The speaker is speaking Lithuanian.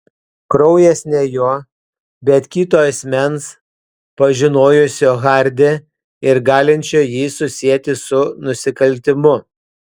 kraujas ne jo bet kito asmens pažinojusio hardį ir galinčio jį susieti su nusikaltimu